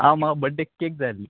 आं म्हाका बड्डेक केक जाय आसली